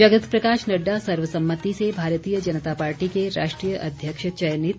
जगत प्रकाश नड़डा सर्वसम्मति से भारतीय जनता पार्टी के राष्ट्रीय अध्यक्ष चयनित